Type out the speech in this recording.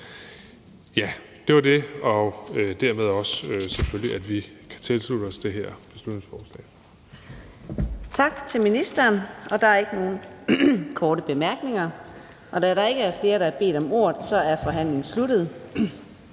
Ja, det var det – og dermed vil jeg selvfølgelig også sige, at vi kan tilslutte os det her beslutningsforslag.